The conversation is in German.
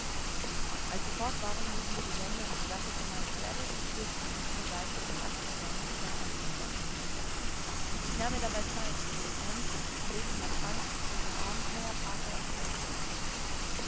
als sie fort waren luden wir die lende und den sattel von meinem pferde und ich führte dieses zur seite um es abzuzäumen und dann anzupflocken ich nahm mir dabei zeit wodurch sam gelegenheit fand unser abenteuer parker und stone zu erzählen